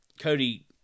Cody